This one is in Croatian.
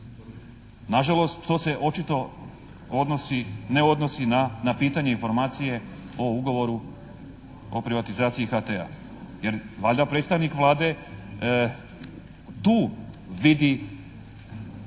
Na žalost to se očito ne odnosi na pitanje informacije o ugovoru o privatizaciji HT-a. Jer valjda predstavnik Vlade tu vidi